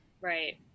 Right